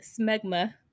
smegma